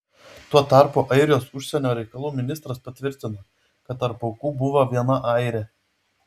tuo tarpu airijos užsienio reikalų ministras patvirtino kad tarp aukų buvo viena airė